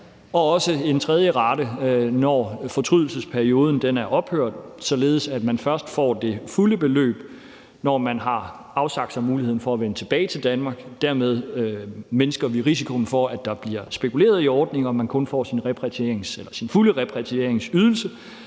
så også en tredje rate, når fortrydelsesperioden er ophørt, således at man først får det fulde beløb, når man har afsagt sig muligheden for at vende tilbage til Danmark. Dermed mindsker vi risikoen for, at der bliver spekuleret i ordningen, og man får kun sin fulde repatrieringsydelse,